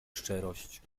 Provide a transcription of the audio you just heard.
szczerość